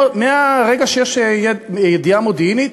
מהרגע שיש ידיעה מודיעינית,